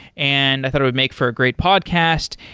and i thought it would make for a great podcast.